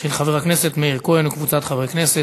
של חבר הכנסת מאיר כהן וקבוצת חברי הכנסת.